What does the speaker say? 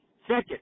Second